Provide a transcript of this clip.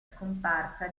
scomparsa